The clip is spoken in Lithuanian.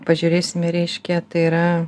pažiūrėsime reiškia tai yra